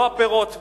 לא הפירות ממוסים,